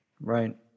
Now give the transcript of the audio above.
Right